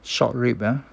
short rib ah